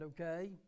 okay